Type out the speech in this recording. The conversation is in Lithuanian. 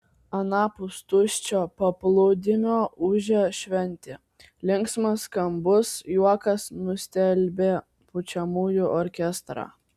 anapus tuščio paplūdimio ūžė šventė linksmas skambus juokas nustelbė pučiamųjų orkestrą